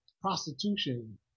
prostitution